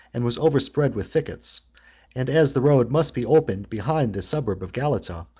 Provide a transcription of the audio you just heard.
and was overspread with thickets and, as the road must be opened behind the suburb of galata,